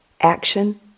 action